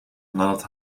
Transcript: nadat